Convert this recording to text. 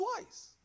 twice